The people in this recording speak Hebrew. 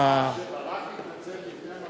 כשברק התנצל בפני מרוקאים.